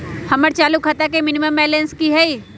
हमर चालू खाता के मिनिमम बैलेंस कि हई?